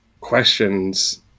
questions